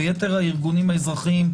ביתר הארגונים האזרחיים,